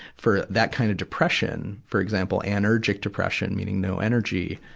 for that kind of depression, for example anergic depression, meaning no energy,